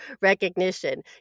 recognition